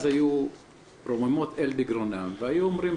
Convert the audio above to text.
אז היה רוממות אל בגרונם והיו אומרים,